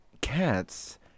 cats